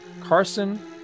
Carson